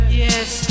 yes